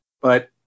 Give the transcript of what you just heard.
but-